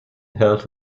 held